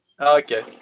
Okay